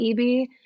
EB